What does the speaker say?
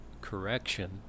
correction